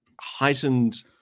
heightened